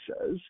says